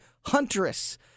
Huntress